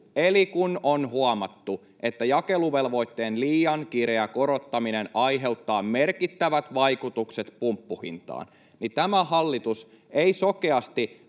Eli kun on huomattu, että jakeluvelvoitteen liian kireä korottaminen aiheuttaa merkittävät vaikutukset pumppuhintaan, niin tämä hallitus ei sokeasti